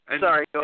Sorry